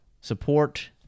support